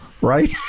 Right